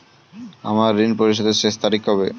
আমার ঋণ পরিশোধের শেষ তারিখ কবে?